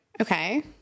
Okay